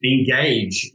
Engage